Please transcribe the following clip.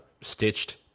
stitched